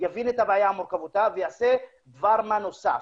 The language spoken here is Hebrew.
יבין את הבעיה על מורכבותה ויעשה דבר מה נוסף,